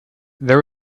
there